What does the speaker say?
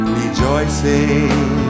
rejoicing